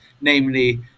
Namely